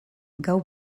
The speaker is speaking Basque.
gau